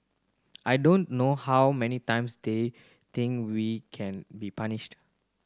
I don't know how many times they think we can be punished